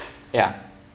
ya